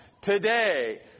Today